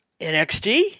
NXT